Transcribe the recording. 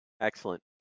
Excellent